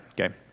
okay